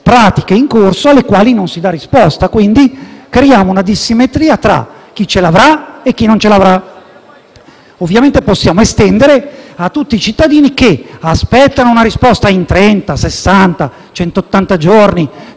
pratiche in corso alle quali non si dà risposta, quindi creiamo una dissimetria tra chi avrà una risposta e chi no. Ovviamente, possiamo estendere a tutti i cittadini che aspettano una risposta in trenta, sessanta,